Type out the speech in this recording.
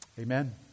Amen